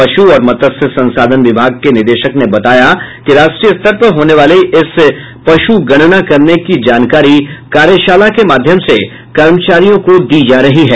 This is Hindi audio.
पशु और मत्स्य संसाधन विभाग के निदेशक ने बताया कि राष्ट्रीय स्तर पर होने वाले इस पशुगणना करने की जानकारी कार्यशाला के माध्यम से कर्मचारियों को दी जा रही है